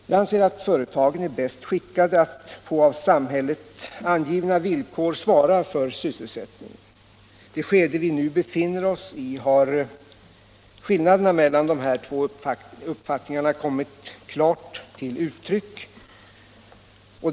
Jag anser att företagen är bäst skickade att — på av samhället angivna villkor — svara för sysselsättningen. I det skede vi nu befinner oss har skillnaderna mellan dessa två uppfattningar kommit klart till uttryck.